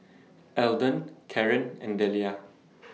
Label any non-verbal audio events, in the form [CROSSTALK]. Eldon Caren and Delia [NOISE]